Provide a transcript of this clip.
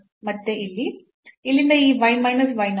ಇಲ್ಲಿ ಮತ್ತೆ ಇಲ್ಲಿಂದ ಈ y ಮೈನಸ್ y 0